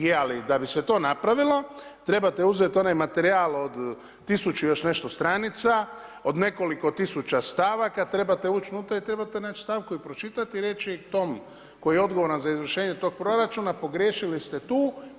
Je, ali da bi se to napravilo trebate uzeti onaj materijal od tisuću i još nešto stranica, od nekoliko tisuća stavaka, trebate ući unutra i trebate naći stavku i pročitati i reći tom koji je odgovoran za izvršenje tog proračuna pogriješili ste tu.